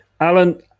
Alan